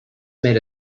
made